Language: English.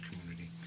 community